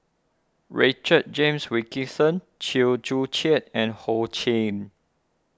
Richard James Wilkinson Chew Joo Chiat and Ho Ching